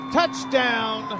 Touchdown